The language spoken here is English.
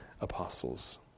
apostles